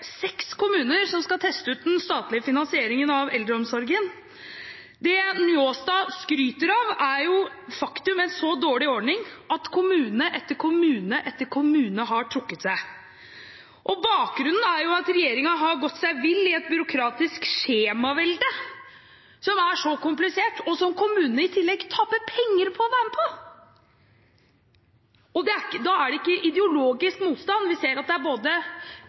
seks kommuner som skal teste ut den statlige finansieringen av eldreomsorgen. Det Njåstad skryter av, er de facto en så dårlig ordning at kommune etter kommune etter kommune har trukket seg. Bakgrunnen er at regjeringen har gått seg vill i et byråkratisk skjemavelde som er komplisert, og som kommunene i tillegg taper penger på å være med på. Da er det ikke ideologisk motstand. Vi ser at det er